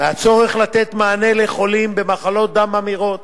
מהצורך לתת מענה לחולים במחלות דם ממאירות,